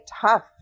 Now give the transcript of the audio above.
tough